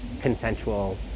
consensual